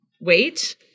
wait